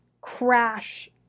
crash